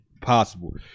possible